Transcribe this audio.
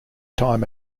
time